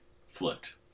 flipped